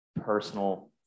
personal